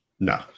No